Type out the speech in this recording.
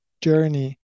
journey